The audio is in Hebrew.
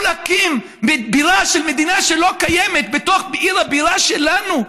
להקים בירה של מדינה שלא קיימת בתוך עיר הבירה שלנו,